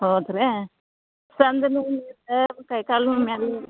ಹೌದ್ರ್ಯಾ ಸಂಧಿನು ಉರಿಯುತ ಅದು ಕೈ ಕಾಲು ಮ್ಯಾಲು